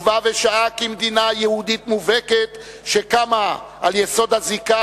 ובה בשעה כמדינה יהודית מובהקת שקמה על יסוד הזיקה